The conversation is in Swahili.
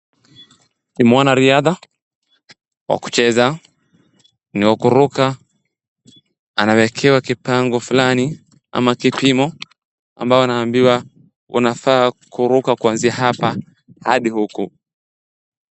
Ni mwanariadha, wa kucheza, ni wa kuruka, anawekewa kipango fulani ama kipimo, ambao anaambiwa unafaa kuruka kuanzia hapa hadi huku.